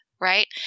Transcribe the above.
right